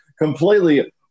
completely